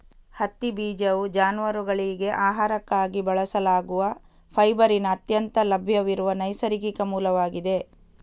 ಹತ್ತಿ ಬೀಜವು ಜಾನುವಾರುಗಳಿಗೆ ಆಹಾರಕ್ಕಾಗಿ ಬಳಸಲಾಗುವ ಫೈಬರಿನ ಅತ್ಯಂತ ಲಭ್ಯವಿರುವ ನೈಸರ್ಗಿಕ ಮೂಲವಾಗಿದೆ